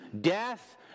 death